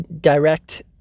direct